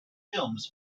films